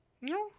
No